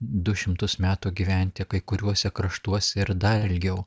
du šimtus metų gyventi kai kuriuose kraštuose ir dar ilgiau